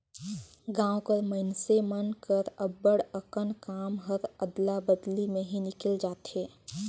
गाँव कर मइनसे मन कर अब्बड़ अकन काम हर अदला बदली में ही निकेल जाथे